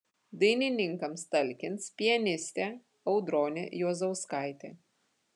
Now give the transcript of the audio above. dainininkams talkins pianistė audronė juozauskaitė